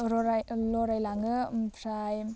लराय लह्राय लाङो ओमफ्राय